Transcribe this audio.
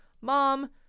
mom